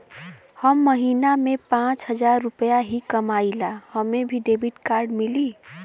हम महीना में पाँच हजार रुपया ही कमाई ला हमे भी डेबिट कार्ड मिली?